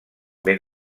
ben